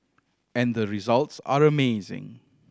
and the results are amazing